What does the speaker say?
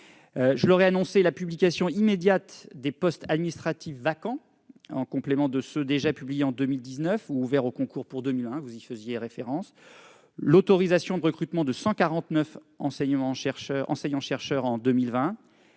Je leur ai annoncé la publication immédiate des postes administratifs vacants en complément de ceux qui ont déjà été publiés en 2019 ou ouverts au concours pour 2020, l'autorisation de recrutement de 149 enseignants-chercheurs en 2020